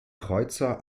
kreuzer